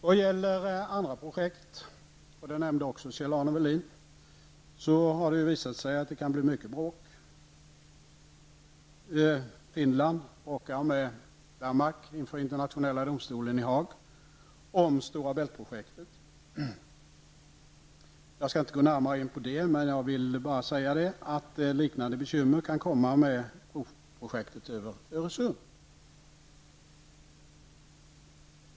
Vad gäller andra projekt -- det nämnde också Kjell Arne Welin -- har det visat sig att det kan bli mycket bråk. Finland bråkar med Danmark inför den internationella domstolen i Haag om Stora Bältetprojektet. Jag skall inte gå närmare in på det, men liknande bekymmer kan uppkomma i samband med projektet över Öresund.